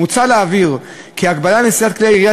מוצע להבהיר כי ההגבלה על נשיאת כלי הירייה